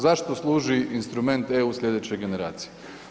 Zašto služi instrument slijedeće generacije?